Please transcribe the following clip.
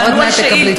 תענו על שאילתה.